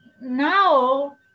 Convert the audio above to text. now